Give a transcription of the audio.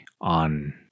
on